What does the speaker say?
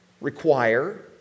require